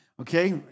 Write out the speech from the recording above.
Okay